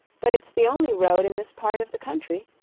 but it's the only road in this part of the country,